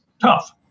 tough